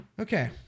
Okay